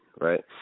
right